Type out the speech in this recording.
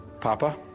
Papa